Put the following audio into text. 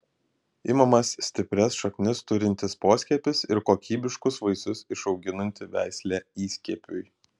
imamas stiprias šaknis turintis poskiepis ir kokybiškus vaisius išauginanti veislė įskiepiui